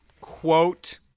quote